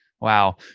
Wow